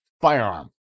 firearm